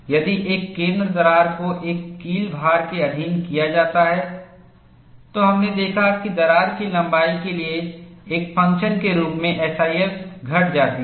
यदि एक केंद्र दरार को एक कील भार के अधीन किया जाता है तो हमने देखा कि दरार की लंबाई के एक फंक्शन के रूप में SIF घट जाती है